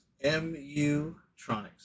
M-U-Tronics